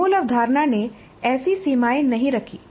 मूल अवधारणा ने ऐसी सीमाएं नहीं रखीं